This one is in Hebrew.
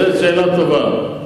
זאת שאלה טובה.